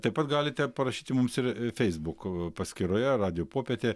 taip pat galite parašyti mums ir feisbuk paskyroje radijo popietė